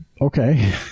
Okay